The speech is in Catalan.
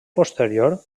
posterior